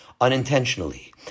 unintentionally